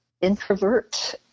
introvert